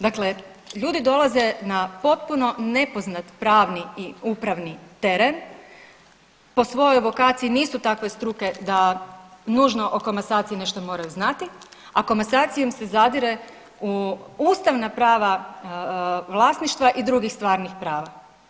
Dakle, ljudi dolaze na potpuno nepoznat pravni i upravni teren, po svojoj evokaciji nisu takve struke da nužno o komasaciji nešto moraju znati, a komasacijom se zadire u ustavna prava vlasništva i drugih stvarnih prava.